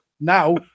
Now